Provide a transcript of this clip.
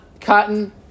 cotton